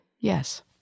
yes